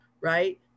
right